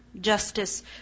justice